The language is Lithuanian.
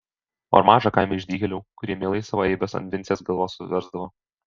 o ar maža kaime išdykėlių kurie mielai savo eibes ant vincės galvos suversdavo